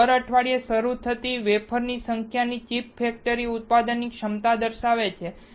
તેથી દર અઠવાડિયે શરૂ થતી વેફરની સંખ્યા ચિપ ફેક્ટરીની ઉત્પાદન ક્ષમતા દર્શાવે છે